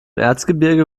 erzgebirge